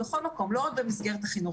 לא רק במסגרת החינוך.